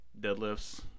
deadlifts